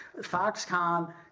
Foxconn